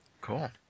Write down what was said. Cool